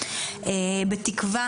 בתקווה,